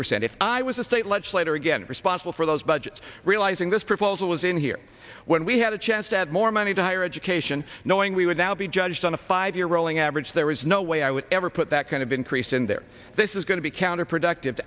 percent if i was a state legislator again responsible for those budgets realizing this proposal was in here when we had a chance to add more money to higher education knowing we would now be judged on a five year rolling average there is no way i would ever put that kind of increase in there this is going to be counterproductive